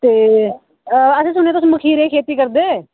ते असें सुनेआ तुस मखीरै दी खेती करदे